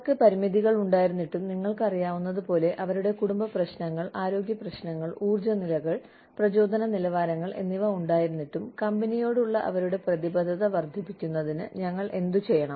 അവർക്ക് പരിമിതികൾ ഉണ്ടായിരുന്നിട്ടും നിങ്ങൾക്കറിയാവുന്നത് പോലെ അവരുടെ കുടുംബ പ്രശ്നങ്ങൾ ആരോഗ്യ പ്രശ്നങ്ങൾ ഊർജ നിലകൾ പ്രചോദന നിലവാരങ്ങൾ എന്നിവ ഉണ്ടായിരുന്നിട്ടും കമ്പനിയോടുള്ള അവരുടെ പ്രതിബദ്ധത വർദ്ധിപ്പിക്കുന്നതിന് ഞങ്ങൾ എന്തുചെയ്യണം